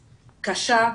קשה,